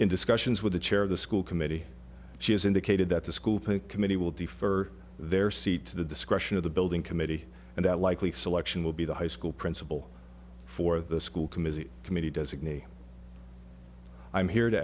in discussions with the chair of the school committee she has indicated that the school pick committee will defer their seat to the discretion of the building committee and that likely selection will be the high school principal for the school committee committee designate i'm here to